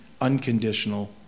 unconditional